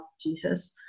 Jesus